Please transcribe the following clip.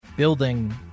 Building